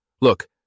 Look